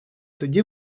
тоді